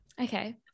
Okay